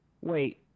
wait